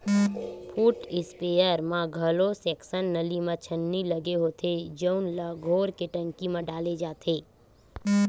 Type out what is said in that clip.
foot sprayer म घलो section नली म छन्नी लगे होथे जउन ल घोर के टंकी म डाले जाथे